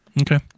okay